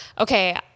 Okay